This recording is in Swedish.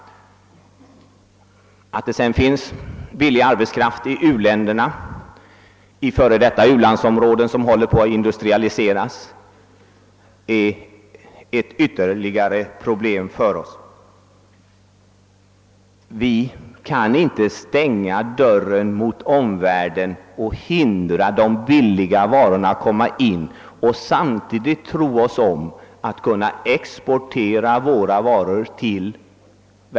Att det sedan finns billig arbetskraft i u-länderna och f.d. u-landsområden, som håller på att industrialiseras, är ett ytterligare problem för oss. Vi kan inte stänga dörren mot omvärlden, inte hindra de billiga varorna att komma in och samtidigt hoppas att kunna exportera våra varor.